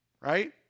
Right